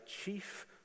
chief